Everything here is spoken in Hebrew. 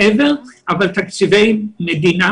להנגיש לציבור מה המזונות הבריאים יותר.